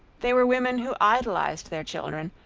they were women who idolized their children,